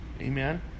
Amen